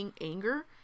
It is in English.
anger